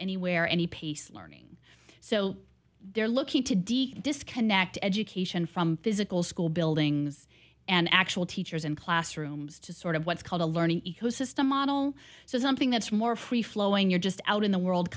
anywhere any pace learning so they're looking to d disconnect education from physical school buildings and actual teachers in classrooms to sort of what's called a learning ecosystem model so something that's more free flowing you're just out in the world